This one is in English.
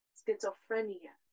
schizophrenia